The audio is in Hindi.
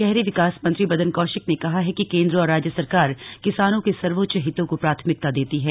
के भाहरी विकास मंत्री मदन कौशिक ने कहा है कि केन्द्र और राज्य सरकार किसानों के सर्वोच्च हितों को प्राथमिकता देती है